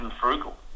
frugal